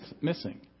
missing